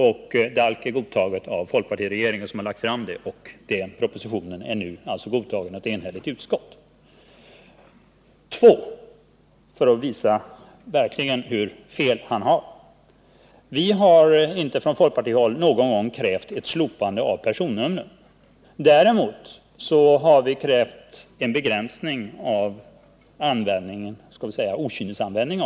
DALK-förslaget har godtagits av folkpartiregeringen som ju har lagt fram förslaget, och propositionen har nu alltså godtagits av ett enhälligt utskott. 2. För att visa hur fel Kurt Hugosson har vill jag understryka att vi folkpartister aldrig har krävt något slopande av personnumren. Däremot har vi krävt en begränsning av okynnesanvändningen av personnumren.